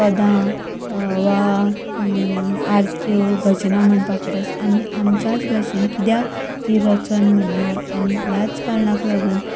पदां वा आरत्यो भजनां म्हणपा परस आमच्याच भाशेंत कित्याक ती रचून म्हणनात आनी ह्याच कारणाक लागून